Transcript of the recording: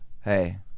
hey